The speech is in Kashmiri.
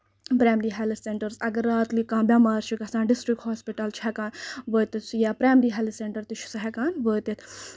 پرایمری ہیلتھ سینٹٲرٕس اَگر راتلی کانہہ بیمار چھُ گژھان ڈِسٹرک ہوسپِٹل چُھ ہٮ۪کان وٲتِتھ سُہ یا پرایمری ہیلتھ سینٹٲرٕس تہِ چھُ سُہ ہٮ۪کان وٲتِتھ